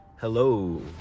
hello